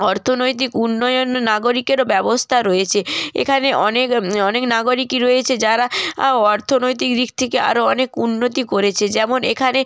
অর্থনৈতিক উন্নয়ন নাগরিকেরও ব্যবস্থা রয়েছে এখানে অনেক অনেক নাগরিকই রয়েছে যারা অর্থনৈতিক দিক থেকে আরো অনেক উন্নতি করেছে যেমন এখানে